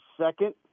second